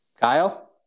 Kyle